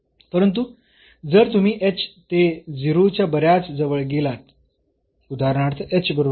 परंतु जर तुम्ही h ते 0 च्या बऱ्याच जवळ गेलात उदाहरणार्थ h बरोबर 0